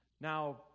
Now